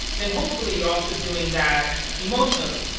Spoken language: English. then hopefully, you're also doing that emotionally.